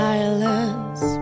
Silence